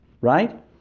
right